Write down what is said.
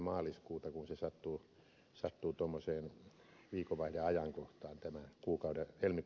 maaliskuuta kun sattuu helmikuun loppu viikonvaihdeajankohtaan